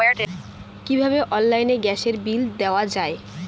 কিভাবে অনলাইনে গ্যাসের বিল দেওয়া যায়?